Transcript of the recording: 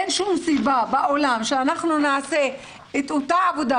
אין שום סיבה בעולם שאנחנו נעשה את אותה עבודה